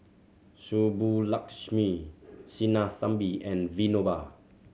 Subbulakshmi Sinnathamby and Vinoba